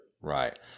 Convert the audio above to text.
Right